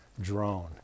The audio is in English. drone